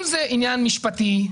אם זה עניין משפטי,